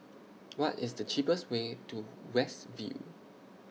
What IS The cheapest Way to West View